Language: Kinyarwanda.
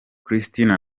kristina